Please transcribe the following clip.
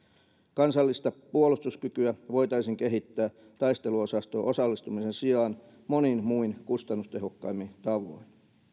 kansallista puolustuskykyä voitaisiin kehittää taisteluosastoon osallistumisen sijaan monin muin kustannustehokkaammin tavoin